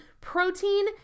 protein